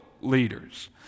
leaders